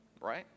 right